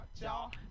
y'all